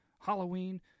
Halloween